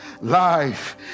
Life